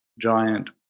giant